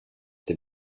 have